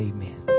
Amen